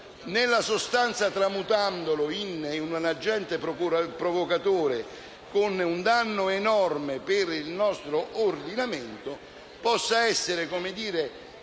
nella sostanza in un agente provocatore, con un danno enorme per il nostro ordinamento, possa essere sottoposta